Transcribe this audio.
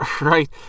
Right